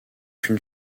une